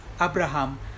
abraham